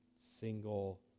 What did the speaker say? single